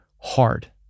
hard